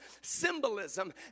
symbolism